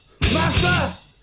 Master